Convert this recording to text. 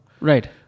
Right